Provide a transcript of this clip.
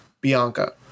Bianca